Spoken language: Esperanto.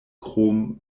krom